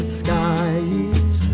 skies